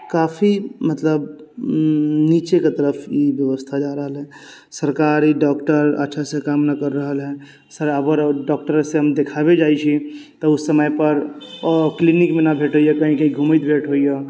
काफी मतलब नीचेके तरफ ई व्यवस्था जा रहल हइ सरकारी डॉक्टर अच्छासँ काम न कर रहल हइ डॉक्टरसँ हम देखाबय जाइ छी तऽ ओ समयपर ओ क्लीनिकमे ना भेटैए कहीं कहीं घूमैत भेट होइए